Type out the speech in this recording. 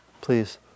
Please